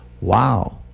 Wow